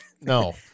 no